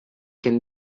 can